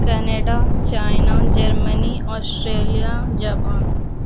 Canada China Germany Australia Japan